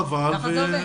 חבל.